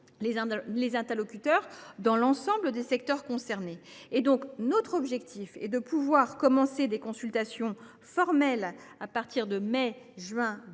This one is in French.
nos interlocuteurs dans l’ensemble des secteurs concernés. Notre objectif est de commencer des consultations formelles à partir de mai ou juin